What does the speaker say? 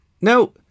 No